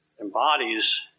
embodies